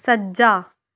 ਸੱਜਾ